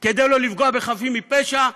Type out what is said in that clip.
כדי לא לפגוע בחפים מפשע,